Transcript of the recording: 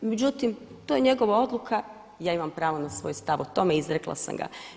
Međutim, to je njegova odluka i ja imam pravo na svoj stav o tome, izrekla sam ga.